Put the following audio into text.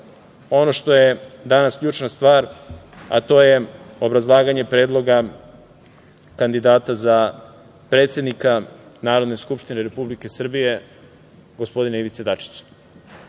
ono što je danas ključna stvar, a to je obrazlaganje Predloga kandidata za predsednika Narodne skupštine Republike Srbije, gospodina Ivice Dačića. Prvi